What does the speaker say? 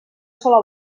sola